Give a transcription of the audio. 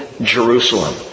Jerusalem